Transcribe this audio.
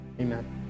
Amen